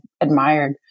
admired